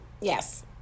Yes